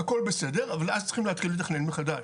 הכל בסדר, אבל אז צריכים להתחיל לתכנן מחדש,